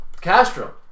Castro